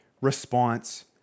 response